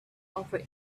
over